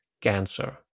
cancer